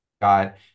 got